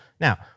now